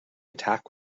attack